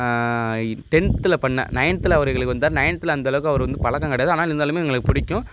இ டென்த்தில் பண்ண நைன்த்தில் அவரு எங்களுக்கு வந்தார் நைன்த்தில் அந்த அளவுக்கு அவரு வந்து பழக்கம் கிடையாது ஆனால் இருந்தாலுமே எங்களுக்கு பிடிக்கும்